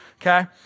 okay